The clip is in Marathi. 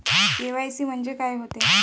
के.वाय.सी म्हंनजे का होते?